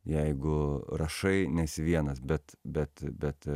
jeigu rašai nesi vienas bet bet bet